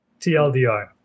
TLDR